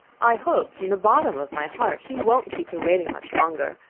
i hope, from the bottom of my heart, he won't keep her waiting much longer,